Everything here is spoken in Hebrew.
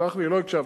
סלח לי, לא הקשבת,